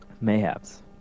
Mayhaps